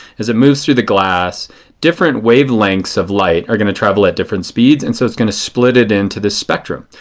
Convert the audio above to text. as it moves through the glass different wavelengths of light are going to travel at different speeds and so it is going to split it into the spectrum.